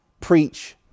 preach